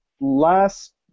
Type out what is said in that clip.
Last